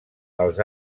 els